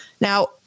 now